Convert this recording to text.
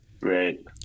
Right